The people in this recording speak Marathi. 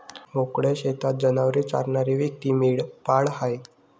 मोकळ्या शेतात जनावरे चरणारी व्यक्ती मेंढपाळ आहे